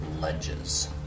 ledges